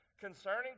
concerning